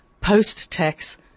post-tax